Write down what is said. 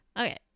Okay